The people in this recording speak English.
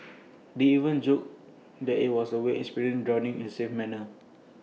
they even joked that IT was A way experience drowning in A safe manner